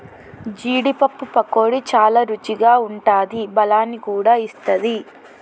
జీడీ పప్పు పకోడీ చాల రుచిగా ఉంటాది బలాన్ని కూడా ఇస్తది